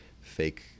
fake